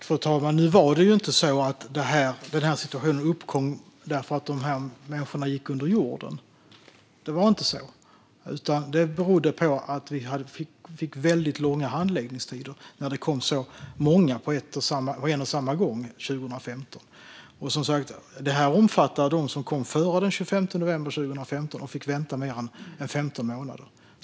Fru talman! Nu var det ju inte så att den här situationen uppkom därför att de här människorna gick under jorden. Det berodde i stället på att vi fick väldigt långa handläggningstider när det kom så många på en och samma gång 2015. Det här omfattar som sagt dem som kom före den 25 november 2015 och fick vänta mer än 15 månader.